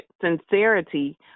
sincerity